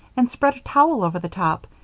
and spread a towel over the top,